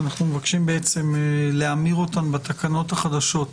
שאנחנו מבקשים להמיר אותן בתקנות החדשות.